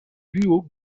guo